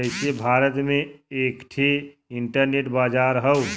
जइसे भारत में एक ठे इन्टरनेट बाजार हौ